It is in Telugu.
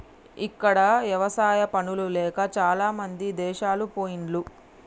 ఇక్కడ ఎవసాయా పనులు లేక చాలామంది దేశాలు పొయిన్లు